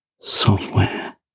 software